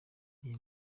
iyi